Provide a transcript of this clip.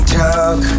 talk